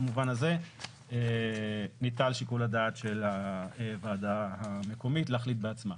במובן הזה ניטל שיקול הדעת של הוועדה המקומית להחליט בעצמה.